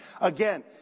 Again